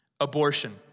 abortion